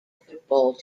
football